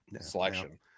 selection